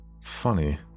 Funny